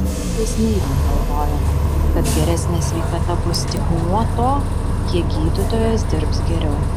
kartais naiviai galvojame kad geresnė sveikata bus tik nuo to kiek gydytojas dirbs geriau